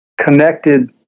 connected